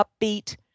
upbeat